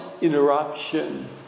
interruption